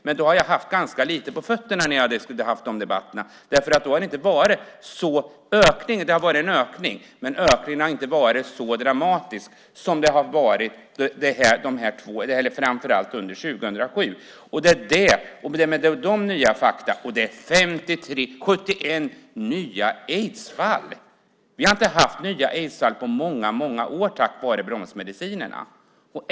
Men i de debatterna hade jag ganska lite på fötterna, för då hade ökningen inte varit så dramatisk som den har varit framför allt under 2007. Det är nya fakta. Det är 71 nya aidsfall. Vi har inte haft nya aidsfall på många år tack vare bromsmedicinerna.